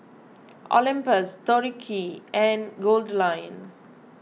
Olympus Tori Q and Goldlion